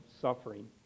suffering